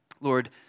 Lord